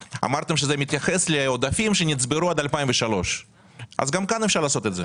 אמרתם שזה מתייחס לעודפים שנצברו עד 2003. אז גם כאן אפשר לעשות את זה.